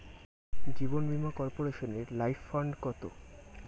জীবন বীমা কর্পোরেশনের life fund কত?